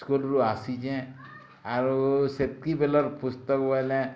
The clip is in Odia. ସ୍କୁଲ୍ରୁ ଆସିଛେଁ ଆଉ ସେତକି ବେଲର୍ ପୁସ୍ତକ୍ ବୋଇଲେ